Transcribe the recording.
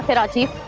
ah rajeev,